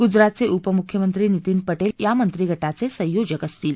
गुजरातचे उपमुख्यमंत्री नितीन पटेल या मंत्रिगटाचे संयोजक असतील